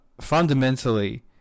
fundamentally